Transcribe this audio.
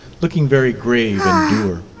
looking very grave and dour.